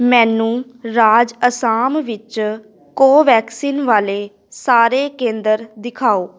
ਮੈਨੂੰ ਰਾਜ ਅਸਾਮ ਵਿੱਚ ਕੋਵੈਕਸਿਨ ਵਾਲੇ ਸਾਰੇ ਕੇਂਦਰ ਦਿਖਾਓ